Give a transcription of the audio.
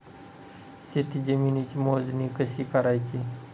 शेत जमिनीची मोजणी कशी करायची?